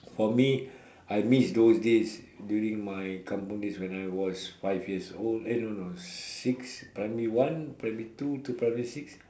for me I miss those days during my kampung days when I was five years old eh no no no six primary primary two to primary six